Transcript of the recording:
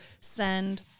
send